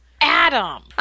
Adam